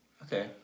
Okay